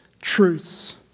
truths